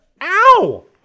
Ow